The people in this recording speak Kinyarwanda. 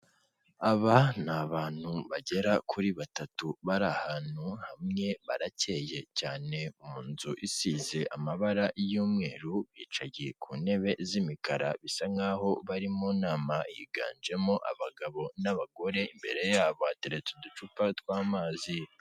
Aba ni abantu bagera kuri batatu bari ahantu hamwe baracye cyane mu nzu isize amabara y'umweru bicaye ku ntebe z'imikara bisa nkaho bari mu nama yiganjemo abagabo n'abagore imbere yabo hateretse uducupa tw'amazi.